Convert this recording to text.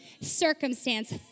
circumstance